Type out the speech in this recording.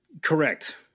Correct